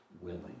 willing